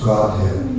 Godhead